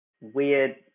weird